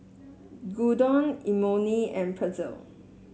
Gyudon Imoni and Pretzel